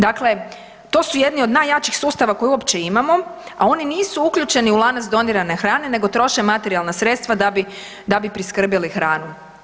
Dakle, to su jedni od najjačih sustava koje uopće imamo, a oni nisu uključeni u lanac donirane hrane nego troše materijalna sredstva da bi, da bi priskrbili hranu.